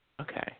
Okay